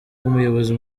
umuyobozi